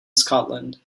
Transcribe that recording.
scotland